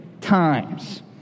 times